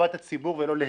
לטובת הציבור ולא להפך.